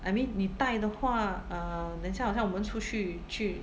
I mean 你戴的话 uh then 像好像我们出去去